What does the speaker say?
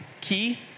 key